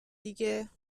دیگه